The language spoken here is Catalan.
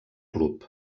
club